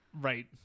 Right